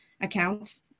accounts